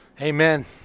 Amen